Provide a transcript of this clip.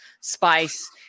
Spice